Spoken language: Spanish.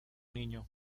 niño